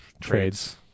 Trades